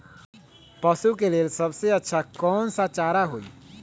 पशु के लेल सबसे अच्छा कौन सा चारा होई?